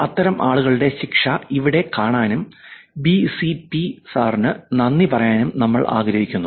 അത്തരം ആളുകളുടെ ശിക്ഷ ഇവിടെ കാണാനും ബി സി പി സാറിന് നന്ദി പറയാനും നമ്മൾ ആഗ്രഹിക്കുന്നു